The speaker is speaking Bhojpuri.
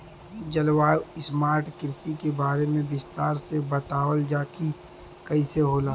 जलवायु स्मार्ट कृषि के बारे में विस्तार से बतावल जाकि कइसे होला?